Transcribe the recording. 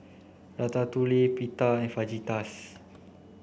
Ratatouille Pita and Fajitas